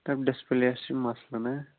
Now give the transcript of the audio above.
دَپ ڈِسپٕلیَس چھِ مسلہٕ نہ